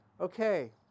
Okay